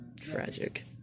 tragic